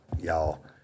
y'all